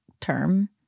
term